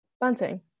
Bunting